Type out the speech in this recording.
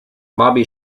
bobby